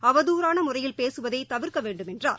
அவதறானமுறையில் பேசுவதைதவிர்க்கவேண்டும் என்றார்